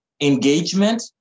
engagement